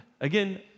Again